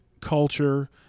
culture